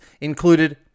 included